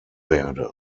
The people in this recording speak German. werde